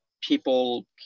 people